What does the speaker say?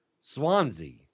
Swansea